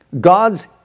God's